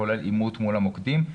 כולל אימות מול המוקדים.